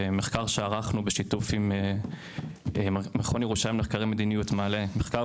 מחקר שערכנו בשיתוף עם מכון ירושלים למחקרי מדיניות מעלה מחקר